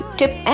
tip